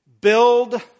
build